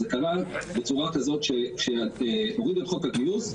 זה קרה בצורה כזאת שהורידו את חוק הגיוס,